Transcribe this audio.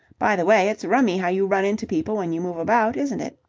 by the way, it's rummy how you run into people when you move about, isn't it?